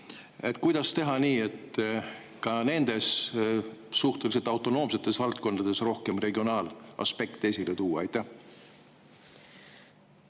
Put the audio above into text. Kuidas teha nii, et ka nendes suhteliselt autonoomsetes valdkondades regionaalaspekti